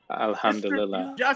Alhamdulillah